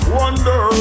wonder